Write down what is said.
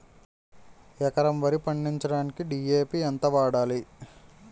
ఎకరం వరి పండించటానికి డి.ఎ.పి ఎంత వాడాలి?